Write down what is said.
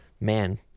man